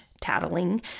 tattling